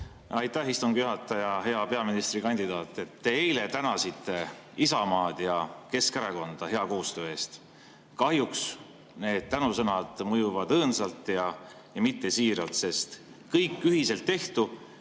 Aitäh, istungi juhataja! Hea peaministrikandidaat! Eile te tänasite Isamaad ja Keskerakonda hea koostöö eest. Kahjuks need tänusõnad mõjuvad õõnsalt ja mitte siiralt, sest kõik ühiselt tehtu